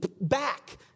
back